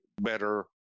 better